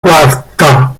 quarta